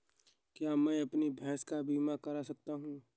क्या मैं अपनी भैंस का बीमा करवा सकता हूँ?